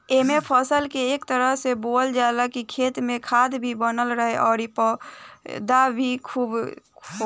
एइमे फसल के ए तरह से बोअल जाला की खेत में खाद भी बनल रहे अउरी पैदावार भी खुब होखे